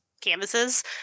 canvases